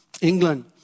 England